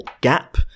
gap